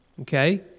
Okay